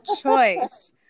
choice